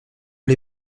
les